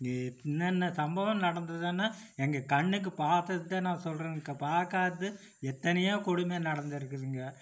gap என்னென்ன சம்பவம் நடந்ததுன்னால் எங்கள் கண்ணுக்கு பார்த்தது தான் நான் சொல்கிறேன் க பார்க்காதது எத்தனையோ கொடுமை நடந்திருக்குதுங்க